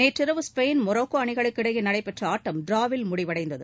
நேற்றிரவு Spain Morocco அணிகளுக்கிடையே நடைபெற்ற ஆட்டம் டிராவில் முடிவடைந்தது